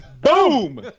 Boom